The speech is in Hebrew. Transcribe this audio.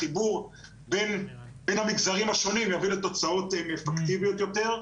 החיבור בין המגזרים השונים יביא לתוצאות אפקטיביות יותר.